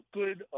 good